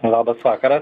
labas vakaras